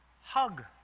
Hug